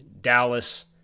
Dallas